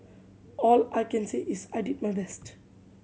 all I can say is I did my best